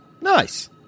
nice